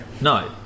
No